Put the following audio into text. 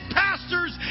pastors